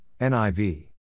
NIV